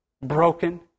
broken